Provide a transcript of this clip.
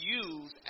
use